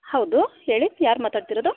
ಹೌದು ಹೇಳಿ ಯಾರು ಮಾತಾಡ್ತಿರೋದು